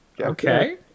Okay